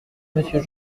monsieur